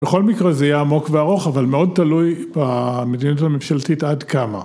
בכל מקרה זה יהיה עמוק וארוך אבל מאוד תלוי במדיניות הממשלתית עד כמה